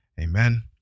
amen